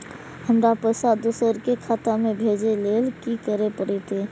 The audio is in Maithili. हमरा पैसा दोसर के खाता में भेजे के लेल की करे परते?